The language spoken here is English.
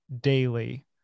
daily